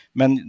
men